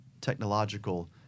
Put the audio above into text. technological